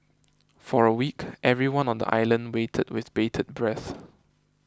for a week everyone on the island waited with bated breath